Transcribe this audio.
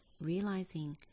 realizing